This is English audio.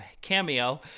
cameo